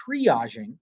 triaging